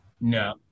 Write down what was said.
No